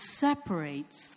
separates